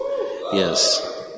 Yes